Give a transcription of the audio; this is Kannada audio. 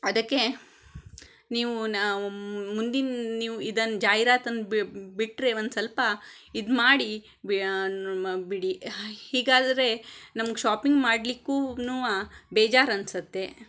ಅದಕ್ಕೆ ನೀವು ಮುಂದಿನ ನೀವು ಇದನ್ನ ಜಾಹೀರಾತನ್ನ ಬಿಟ್ಟರೆ ಒಂದು ಸ್ವಲ್ಪ ಇದು ಮಾಡಿ ಬಿಡಿ ಹೀಗಾದರೆ ನಮ್ಗೆ ಶಾಪಿಂಗ್ ಮಾಡಲಿಕ್ಕೂನು ಬೇಜಾರು ಅನ್ಸುತ್ತೆ